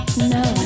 No